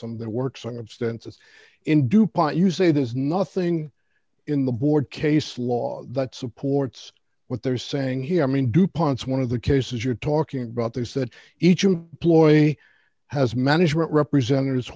some that works on of stances in dupont you say there's nothing in the board case law that supports what they're saying here i mean dupont's one of the cases you're talking about there is that each ploy has management representatives